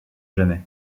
jamais